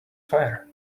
fire